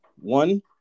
One